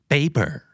Paper